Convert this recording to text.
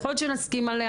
יכול להיות שנסכים עליה,